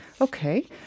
Okay